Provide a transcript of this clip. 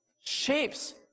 shapes